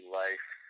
life